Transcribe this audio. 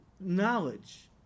knowledge